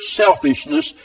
selfishness